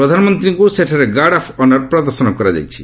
ପ୍ରଧାନମନ୍ତ୍ରୀଙ୍କୁ ସେଠାରେ guard of honour ପ୍ରଦର୍ଶନ କରାଯାଇଛି